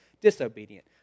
disobedient